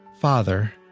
Father